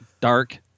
dark